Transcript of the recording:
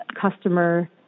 customer